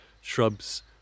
shrubs